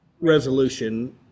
resolution